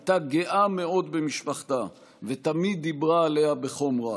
הייתה גאה מאוד במשפחתה ותמיד דיברה עליה בחום רב.